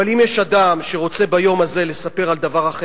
אבל אם יש אדם שרוצה ביום הזה לספר על דבר אחר,